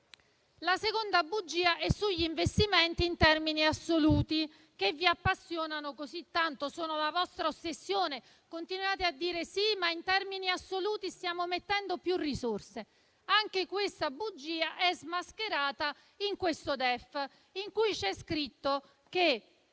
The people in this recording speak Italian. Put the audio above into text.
La seconda bugia è sugli investimenti in termini assoluti, che vi appassionano tanto e sono la vostra ossessione: continuate a dire che invece in termini assoluti stiamo mettendo più risorse. Ma anche questa bugia viene smascherata in questo DEF, in cui c'è scritto che